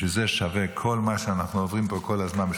בשביל זה שווה כל מה שאנחנו עוברים פה כל הזמן.